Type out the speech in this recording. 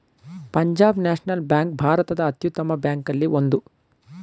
ಪಂಜಾಬ್ ನ್ಯಾಷನಲ್ ಬ್ಯಾಂಕ್ ಭಾರತದ ಅತ್ಯುತ್ತಮ ಬ್ಯಾಂಕಲ್ಲಿ ಒಂದು